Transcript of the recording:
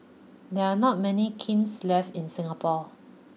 there are not many kilns left in Singapore